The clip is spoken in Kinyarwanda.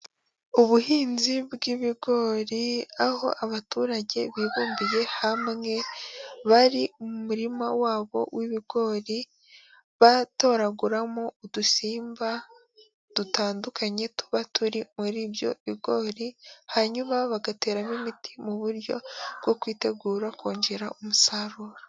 Ubuhinzi bw'ibigori aho abaturage bibumbiye hamwe, bari mu murima wabo w'ibigori, batoraguramo udusimba dutandukanye tuba turi muri ibyo bigori, hanyuma bagateramo imiti mu buryo bwo kwitegura kongera umusaruro.